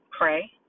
pray